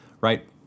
right